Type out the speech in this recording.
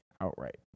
outright